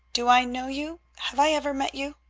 do i know you? have i ever met you?